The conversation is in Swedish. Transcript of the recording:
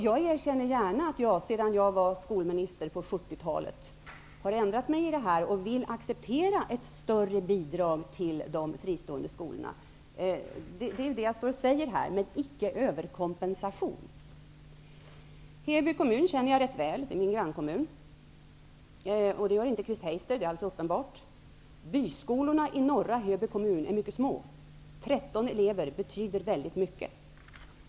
Jag erkänner gärna att jag sedan jag var skolminister på 70-talet har ändrat mig och accepterar ett större bidrag till de fristående skolorna -- det är det jag står och säger här -- men icke en överkompensation. Jag känner rätt väl till Heby kommun, eftersom det är min grannkommun. Men det är alldeles uppenbart att det gör inte Chris Heister. Byskolorna i norra Heby kommun är mycket små. 13 elever betyder väldigt mycket.